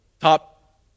top